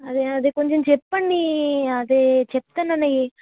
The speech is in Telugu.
అదే అదే కొంచెం చెప్పండి అదే చెప్తామని